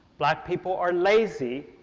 black people are lazy,